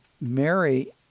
Mary